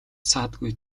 саадгүй